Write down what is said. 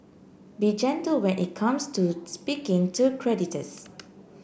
be gentle when it comes to speaking to creditors